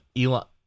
Elon